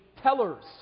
tellers